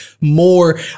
more